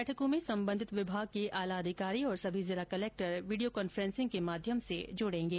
इन बैठकों में संबंधित विभाग के आला अधिकारी और सभी जिला कलेक्टर वीडियो कॉन्फ्रेंसिंग के माध्यम से जुड़ेंगे